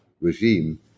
regime